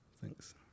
thanks